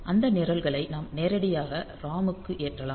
அந்த நிரல்களை நாம் நேரடியாக ROM க்கு ஏற்றலாம்